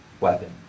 weapon